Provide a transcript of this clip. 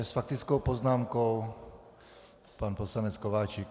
S faktickou poznámkou pan poslanec Kováčik.